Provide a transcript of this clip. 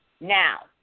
Now